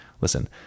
Listen